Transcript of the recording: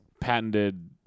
patented